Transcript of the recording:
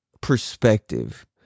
perspective